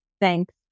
Thanks